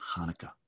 Hanukkah